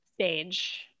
stage